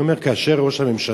אני אומר שכאשר ראש הממשלה,